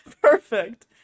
Perfect